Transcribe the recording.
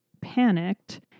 panicked